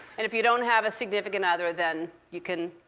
and if you don't have a significant other then you can,